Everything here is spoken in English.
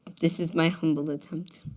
this is my humble attempt.